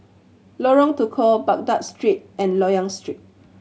Lorong Tukol Baghdad Street and Loyang Street